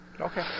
Okay